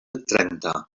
trenta